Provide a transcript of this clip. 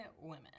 women